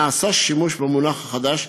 נעשה שימוש במונח החדש.